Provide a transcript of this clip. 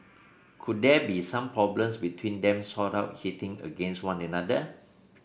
could there be some problems between them sort out hitting against one another